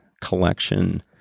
collection